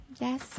yes